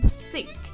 stick